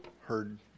heard